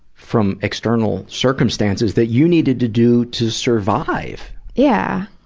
from external circumstances that you needed to do to survive. yeah.